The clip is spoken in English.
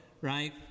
right